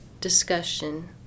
discussion